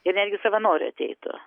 ir netgi savanoriu ateitų